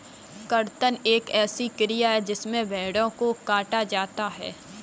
कर्तन एक ऐसी क्रिया है जिसमें भेड़ों को काटा जाता है